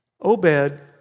Obed